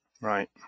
Right